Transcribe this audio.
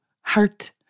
Heart